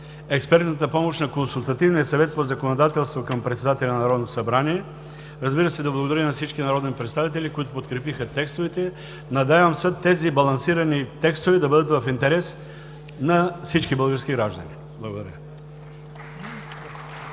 експертната помощ на Консултативния съвет по законодателство към председателя на Народното събрание. Разбира се, благодаря и на всички народни представители, които подкрепиха текстовете. Надявам се тези балансирани текстове да бъдат в интерес на всички български граждани. Благодаря